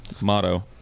motto